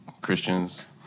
Christians